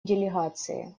делегации